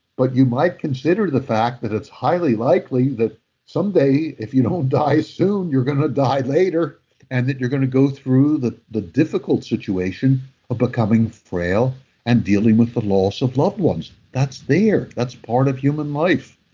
but you might consider the fact that it's highly likely that someday if you don't know die soon you're going to die later and that you're going to go through the the difficult situation of becoming frail and dealing with the loss of loved ones. that's there that's part of human life.